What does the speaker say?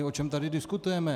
O čem tady diskutujeme?